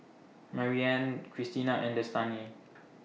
Maryann Christina and Destany